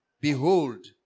Behold